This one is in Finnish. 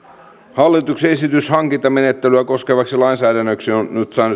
hallituksen esitys hankintamenettelyä koskevaksi lainsäädännöksi on